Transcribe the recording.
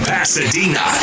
Pasadena